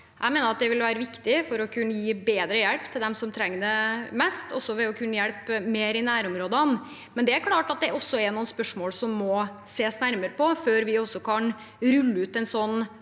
Jeg mener at det vil være viktig for å kunne gi bedre hjelp til dem som trenger det mest, også ved å kunne hjelpe i nærområdene. Det er klart at det er noen spørsmål som må ses nærmere på før vi kan rulle ut en sånn